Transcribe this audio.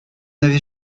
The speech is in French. n’avez